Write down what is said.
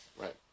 Right